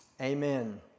Amen